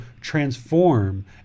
transform